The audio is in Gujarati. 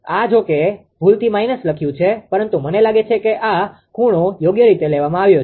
આ જો કે ભૂલથી માઈનસ લખ્યું છે પરંતુ મને લાગે છે કે આ ખૂણો યોગ્ય રીતે લેવામાં આવ્યો છે